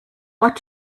what